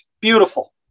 Beautiful